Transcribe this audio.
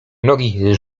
nogi